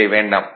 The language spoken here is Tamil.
இல்லை வேண்டாம்